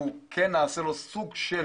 אנחנו כן נעשה לו סוג של